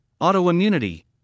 autoimmunity